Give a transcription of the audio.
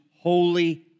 holy